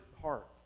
heart